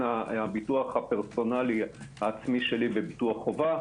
הביטוח הפרסונלי העצמי שלי בביטוח חובה,